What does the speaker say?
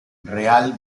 real